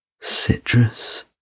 citrus